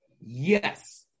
Yes